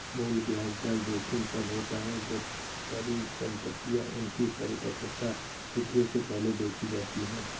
मूल्य ब्याज दर जोखिम तब होता है जब परिसंपतियाँ उनकी परिपक्वता तिथियों से पहले बेची जाती है